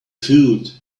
fooled